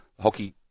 hockey